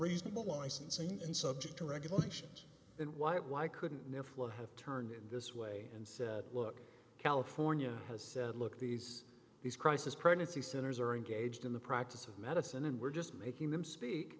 reasonable licensing and subject to regulations and why it why couldn't a flow have turned in this way and said look california has said look these these crisis pregnancy centers are engaged in the practice of medicine and we're just making them speak